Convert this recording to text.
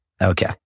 Okay